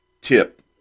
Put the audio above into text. tip